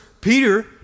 Peter